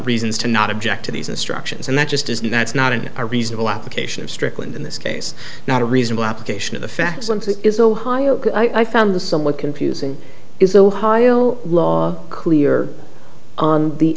reasons to not object to these instructions and that just isn't that's not an a reasonable application of strickland in this case not a reasonable application of the facts is ohio i found this somewhat confusing is ohio law clear on the